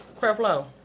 Creflo